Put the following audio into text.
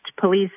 police